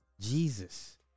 Jesus